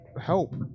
help